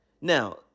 now